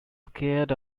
scared